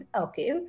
okay